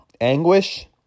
anguish